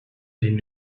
been